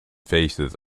faces